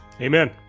Amen